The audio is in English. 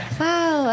wow